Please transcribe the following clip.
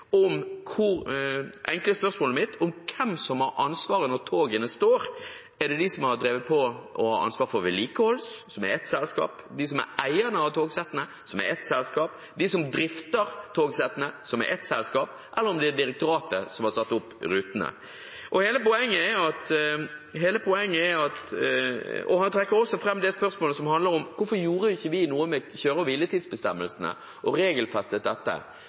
om hvem som har ansvaret når togene står. Er det de som har ansvaret for vedlikehold, som er ett selskap, er det de som er eierne av togsettene, som er ett selskap, de som drifter togsettene, som er ett selskap, eller er det direktoratet, som har satt opp rutene? Han trekker også fram det spørsmålet som handler om hvorfor vi ikke gjorde noe med kjøre- og hviletidsbestemmelsene og regelfestet dette.